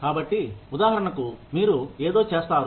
కాబట్టి ఉదాహరణకు మీరు ఏదో చేస్తారు